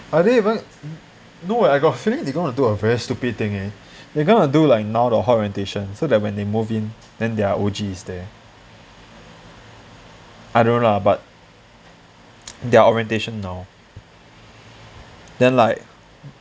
are they even no eh I got a feeling they're gonna do a very stupid thing eh they gonna do like hall orientation so that when they move in they they're O_G's there I don't know but their orientation now then like